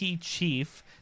chief